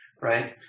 right